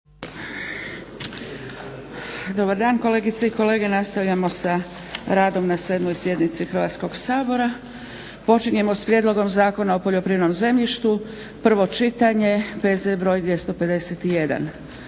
Dobar dan kolegice i kolege. Nastavljamo sa radom na 7. sjednici Hrvatskog sabora. Počinjemo s - Prijedlog zakona o poljoprivrednom zemljištu, prvo čitanje, PZ br. 251